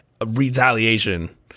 retaliation